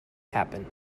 happen